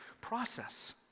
process